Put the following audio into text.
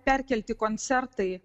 perkelti koncertai